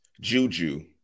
juju